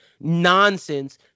nonsense